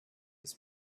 his